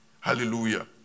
Hallelujah